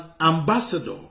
ambassador